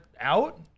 out